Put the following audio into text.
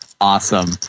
Awesome